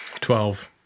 Twelve